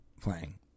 playing